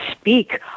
speak